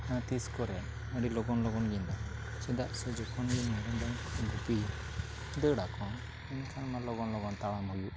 ᱦᱮᱸ ᱛᱤᱥ ᱠᱚᱨᱮ ᱟᱹᱰᱤ ᱞᱚᱜᱚᱱ ᱞᱚᱜᱚᱱᱜᱮᱧ ᱪᱮᱫᱟᱜ ᱥᱮ ᱡᱚᱠᱷᱚᱱᱜᱮ ᱢᱮᱨᱚᱢ ᱰᱟᱝᱨᱟ ᱜᱩᱯᱤ ᱫᱟᱹᱲᱟᱠᱚ ᱮᱱᱠᱷᱟᱱ ᱚᱱᱟ ᱞᱚᱜᱚᱱ ᱞᱚᱜᱚᱱ ᱛᱟᱲᱟᱢ ᱦᱩᱭᱩᱜᱼᱟ